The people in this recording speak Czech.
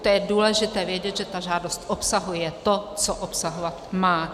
To je důležité vědět, že ta žádost obsahuje to, co obsahovat má.